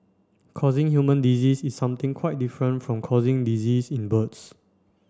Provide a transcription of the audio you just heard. causing human disease is something quite different from causing disease in birds